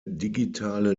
digitale